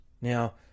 Now